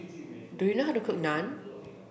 do you know how to cook Naan